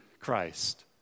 Christ